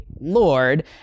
Lord